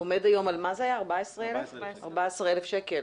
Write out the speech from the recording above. עומד היום על 14,000 שקלים